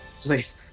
Please